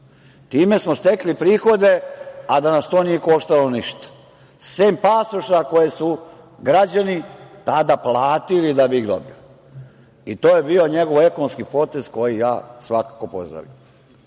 Time smo stekli prihode, a da nas to nije koštalo ništa, sem pasoša koje su građani tada platili da bi ih dobili. To je bio njegov ekonomski potez koji ja svakako pozdravljam. Druga